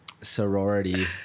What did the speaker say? sorority